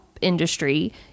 industry